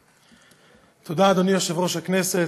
תודה, אדוני יושב-ראש הכנסת,